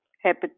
happy